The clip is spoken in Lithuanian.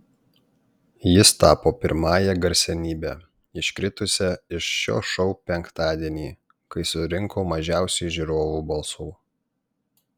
jis tapo pirmąja garsenybe iškritusia iš šio šou penktadienį kai surinko mažiausiai žiūrovų balsų